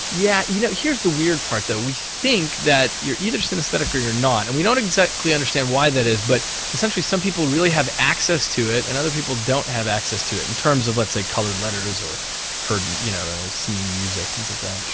yeah you know here's the weird part though, we think that you're either synesthetic or you're not, and we don't exactly understand why that is but essentially some people really have access to it and other people don't have access to it, in terms of, let's say, coloured letters or you know seeing music and things like that.